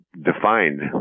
defined